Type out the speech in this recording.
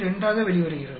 72 ஆக வெளிவருகிறது